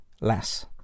less